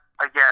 again